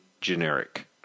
generic